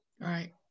Right